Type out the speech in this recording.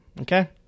Okay